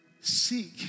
seek